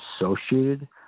associated